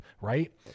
right